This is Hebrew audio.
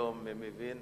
שהיום אני מבין,